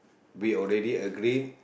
we already agreed